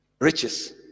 riches